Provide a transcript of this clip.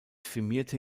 firmierte